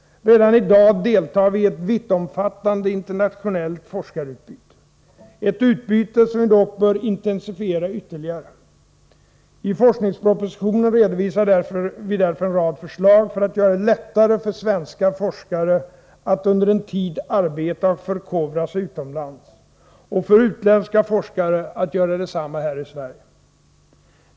Redan i dag deltar vi i ett vittomfattande internationellt forskarutbyte, ett utbyte som vi dock bör intensifiera ytterligare. I forskningspropositionen redovisar vi därför en rad förslag för att göra det lättare för svenska forskare att under en tid arbeta och förkovra sig utomlands — och för utländska forskare att göra detsamma här i Sverige.